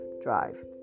drive